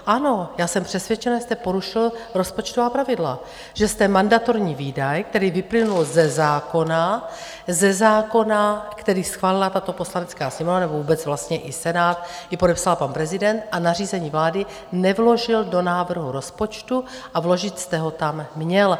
Ano, já jsem přesvědčena, že jste porušil rozpočtová pravidla, že jste mandatorní výdaj, který vyplynul ze zákona, ze zákona, který schválila tato Poslanecká sněmovna, nebo vůbec vlastně i Senát, i podepsal pan prezident, a nařízení vlády nevložil do návrhu rozpočtu a vložit jste ho tam měl.